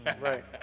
Right